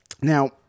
Now